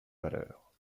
valeur